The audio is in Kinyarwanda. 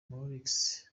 maurix